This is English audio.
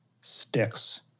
sticks